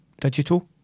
digital